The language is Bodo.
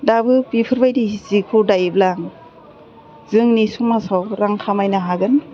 दाबो बेफोरबायदि जिखौ दायोब्ला जोंनि समाजाव रां खामायनो हागोन